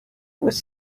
was